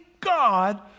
God